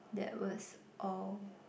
that was all